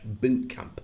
bootcamp